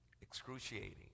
excruciating